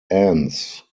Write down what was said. ends